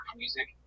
music